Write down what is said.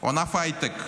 הוא ענף ההייטק.